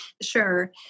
Sure